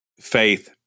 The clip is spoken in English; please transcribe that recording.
faith